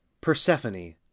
Persephone